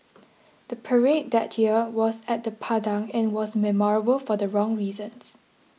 the parade that year was at the Padang and was memorable for the wrong reasons